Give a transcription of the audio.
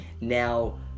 Now